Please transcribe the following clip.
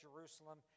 Jerusalem